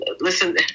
listen